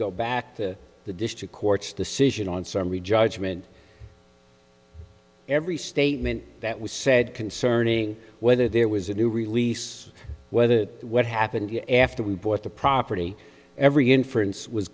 go back to the district court's decision on summary judgment every statement that was said concerning whether there was a new release whether what happened after we bought the property every inference was